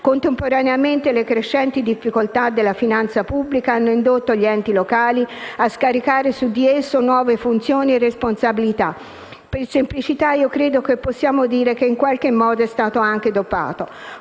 Contemporaneamente, le crescenti difficoltà della finanza pubblica hanno indotto gli enti locali a scaricare su di esso nuove funzioni e responsabilità. Per semplicità, credo che possiamo dire che, in qualche modo, è stato anche "dopato".